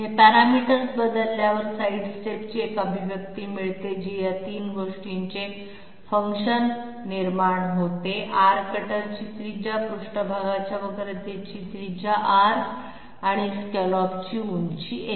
हे पॅरामीटर्स बदलल्यावर साइडस्टेपची एक अभिव्यक्ती मिळते जी या 3 गोष्टींचे फंक्शन म्हणून निर्माण होते r कटरची त्रिज्या पृष्ठभागाच्या वक्रतेची त्रिज्या R आणि स्कॅलॉपची उंची h